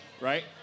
right